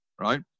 right